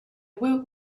woot